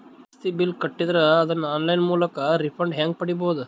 ಜಾಸ್ತಿ ಬಿಲ್ ಕಟ್ಟಿದರ ಅದನ್ನ ಆನ್ಲೈನ್ ಮೂಲಕ ರಿಫಂಡ ಹೆಂಗ್ ಪಡಿಬಹುದು?